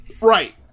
right